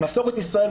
מסורת ישראל,